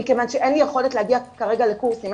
כי אין לי יכולת להגיע כרגע לקורסים.